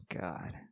god